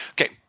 Okay